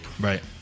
Right